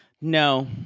no